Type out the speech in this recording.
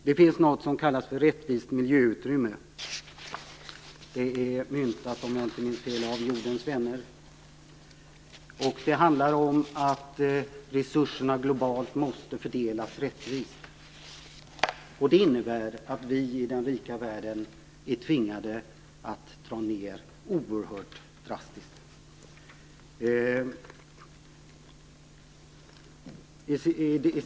Det finns något som kallas för "rättvist miljöutrymme". Detta uttryck är, om jag inte minns fel, myntat av Jordens vänner. Det handlar om att resurserna globalt måste fördelas rättvist. Det innebär att vi i den rika världen är tvingade att dra ned oerhört drastiskt.